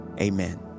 Amen